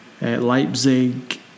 Leipzig